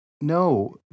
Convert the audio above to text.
No